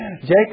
Jacob